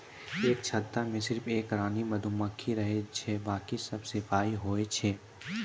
एक छत्ता मॅ सिर्फ एक रानी मधुमक्खी रहै छै बाकी सब सिपाही होय छै